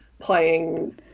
playing